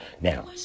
Now